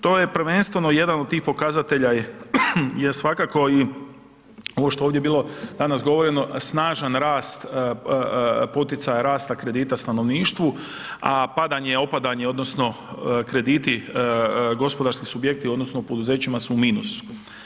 To je prvenstveno jedan od tih pokazatelja je, je svakako i ovo što je ovdje bilo danas govoreno snažan rast poticaja rasta kredita stanovništvu, a padanje, opadanje odnosno krediti, gospodarski subjekti odnosno poduzećima su u minusu.